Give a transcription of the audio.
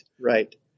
Right